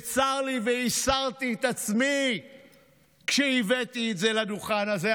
וצר לי וייסרתי את עצמי כשהבאתי את זה לדוכן הזה,